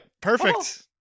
Perfect